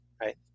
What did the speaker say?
right